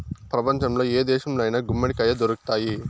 ప్రపంచంలో ఏ దేశంలో అయినా గుమ్మడికాయ దొరుకుతాయి